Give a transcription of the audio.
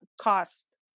cost